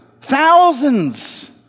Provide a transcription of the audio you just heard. thousands